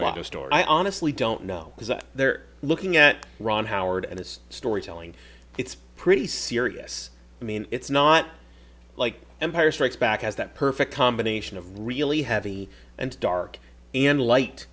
lot of story i honestly don't know because they're looking at ron howard and it's storytelling it's pretty serious i mean it's not like empire strikes back as that perfect combination of really heavy and dark and light